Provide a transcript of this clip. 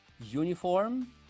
uniform